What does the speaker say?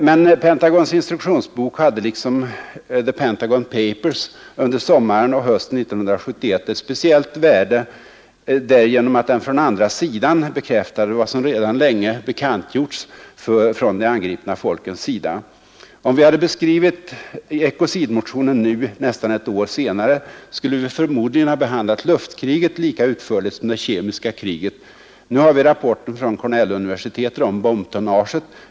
Men Pentagons instruktionsbok hade liksom ”The Pentagon Papers” under sommaren och hösten 1971 ett speciellt värde därigenom att den, från andra sidan, bekräftade vad som sedan länge bekantgjorts från de angripna folken själva. Om vi hade skrivit ekocidmotionen nu, nästan ett år senare, skulle vi förmodligen ha behandlat luftkriget lika utförligt som det kemiska kriget. Nu har vi rapporten från Cornelluniversitetet om bombtonnaget.